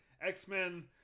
x-men